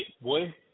Boy